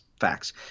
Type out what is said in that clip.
Facts